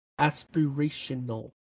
Aspirational